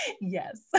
Yes